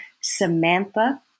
Samantha